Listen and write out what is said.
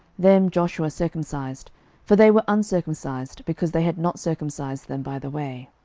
them joshua circumcised for they were uncircumcised, because they had not circumcised them by the way.